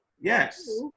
Yes